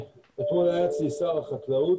אתמול היה אצלי שר החקלאות.